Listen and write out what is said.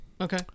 okay